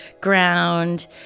ground